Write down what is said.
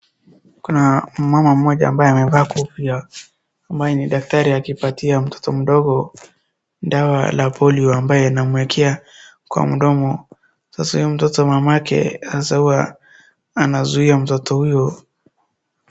Kuna mama mmoja amevaa kofia ambaye ni daktari akipatia mtoto mdogo dawa la polio ambaye anamwekea kwa mdomo. Sasa huyu mtoto mamake sasa huwa anazuia mtoto huyu.